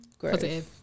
Positive